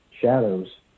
shadows